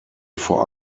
vor